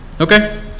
okay